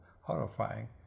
horrifying